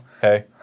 hey